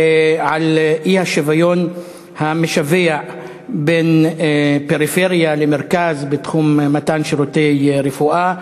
על האי-שוויון המשווע בין הפריפריה למרכז בתחום מתן שירותי רפואה.